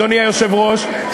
אדוני היושב-ראש,